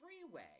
freeway